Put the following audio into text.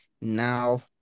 now